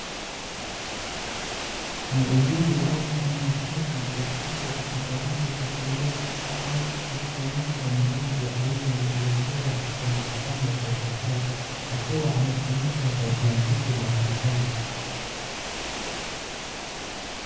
Muuguzi au mfanya kazi wa afya akijaribu kufungua au kufunika mgonjwa aliye legea kwenye kitanda cha hospitali akiwa amefunika kwa blanketi la hospitali.